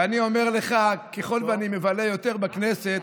ואני אומר לך שככל שאני מבלה יותר בכנסת,